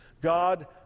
God